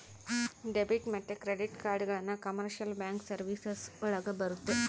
debit ಮತ್ತೆ credit ಕಾರ್ಡ್ಗಳನ್ನ commercial bank services ಒಳಗರ ಬರುತ್ತೆ